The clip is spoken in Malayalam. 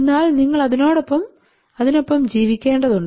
എന്നാൽ നിങ്ങൾ അതിനൊപ്പം ജീവിക്കേണ്ടത് ഉണ്ട്